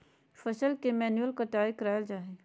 फसल के मैन्युअल कटाय कराल जा हइ